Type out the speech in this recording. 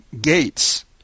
gates